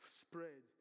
spread